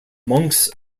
monks